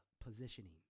positioning